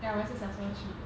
ya 我也是小时候去